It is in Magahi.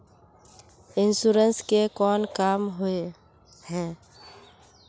इंश्योरेंस के कोन काम होय है?